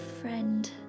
friend